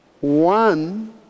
One